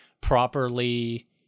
properly